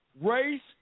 race